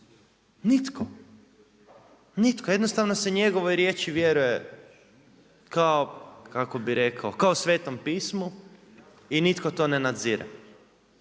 Nitko. Nitko, jednostavno se njegove riječi vjeruje kao kako bi rekao, kao Svetom pismu i nitko to ne nadzire.